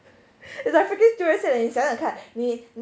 it's like freaking 丢人现眼你想想看你